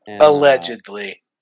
Allegedly